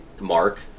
mark